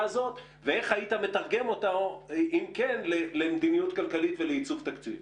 הזאת ואיך היית מתרגם אותה למדיניות כלכלית ולעיצוב תקציב.